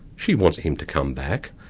she wants him to come back.